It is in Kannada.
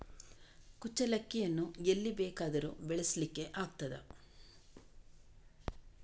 ಕುಚ್ಚಲಕ್ಕಿಯನ್ನು ಎಲ್ಲಿ ಬೇಕಾದರೂ ಬೆಳೆಸ್ಲಿಕ್ಕೆ ಆಗ್ತದ?